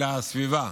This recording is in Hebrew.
אלא הסביבה,